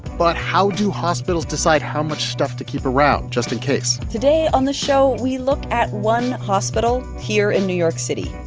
but how do hospitals decide how much stuff to keep around, just in case? today on the show, we look at one hospital here in new york city,